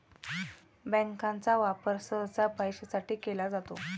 बँकांचा वापर सहसा पैशासाठी केला जातो